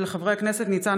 בהצעתם של חברי הכנסת קטי